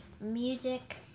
music